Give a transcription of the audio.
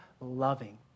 loving